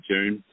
June